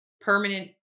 permanent